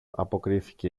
αποκρίθηκε